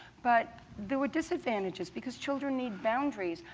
but there were disadvantages because children need boundaries,